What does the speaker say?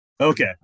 Okay